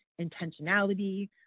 intentionality